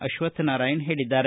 ಅಕ್ವತ್ತನಾರಾಯಣ ಹೇಳಿದ್ದಾರೆ